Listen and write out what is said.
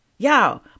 y'all